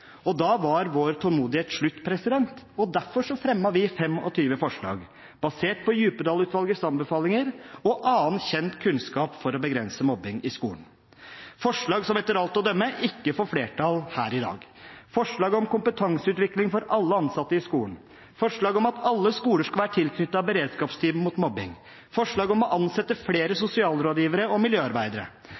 Da var vår tålmodighet slutt, og derfor fremmet vi 25 forslag, basert på Djupedal-utvalgets anbefalinger og annen kjent kunnskap for å begrense mobbing i skolen – forslag som etter alt å dømme ikke får flertall her i dag: forslag om kompetanseutvikling for alle ansatte i skolen forslag om at alle skoler skal være tilknyttet beredskapsteam mot mobbing forslag om å ansette flere sosialrådgivere og miljøarbeidere